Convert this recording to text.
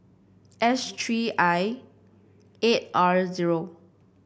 S three I eight R zero